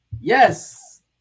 Yes